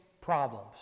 problems